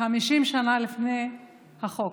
כמעט 50 שנה לפני החוק,